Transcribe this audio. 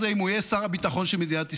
אם הוא יהיה שר הביטחון של מדינת ישראל.